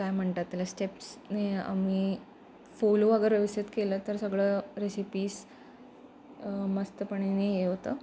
काय म्हणतात त्याला स्टेप्सने आम्ही फोल वगैरे व्यवस्थित केलं तर सगळं रेसिपीस मस्तपणेनी हे होतं